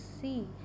see